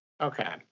Okay